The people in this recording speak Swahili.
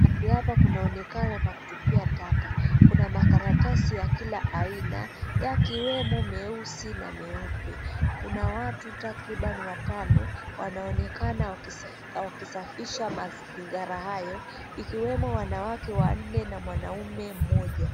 Mahali hapa panaonekana pa kutupia taka. Tunaona makaratasi ya kila aina yakiwemo meusi na meupe. Kuna watu takriban watano wanaonekana wakisafisha mazingara hayo ikiwemo wanawake wanne na mwanaume mmoja.